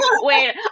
wait